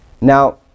Now